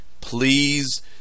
Please